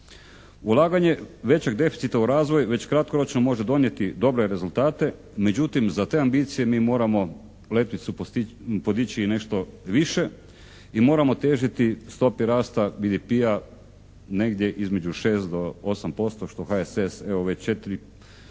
Ulaganje većeg deficita u razvoj već kratkoročno može donijeti dobre rezultate, međutim za te ambicije mi moramo letvicu podići i nešto više i moramo težiti stopi rasta BDP-a negdje između 6 do 8% što HSS evo već